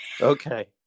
Okay